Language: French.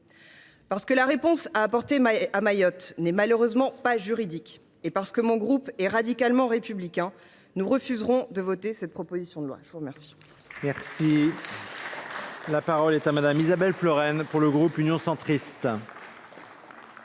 Parce que la réponse à apporter à Mayotte n’est, malheureusement, pas juridique, et parce que mon groupe est radicalement républicain, nous refuserons de voter cette proposition de loi ! La parole